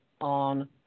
on